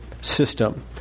system